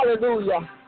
Hallelujah